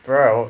bro